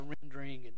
surrendering